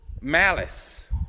Malice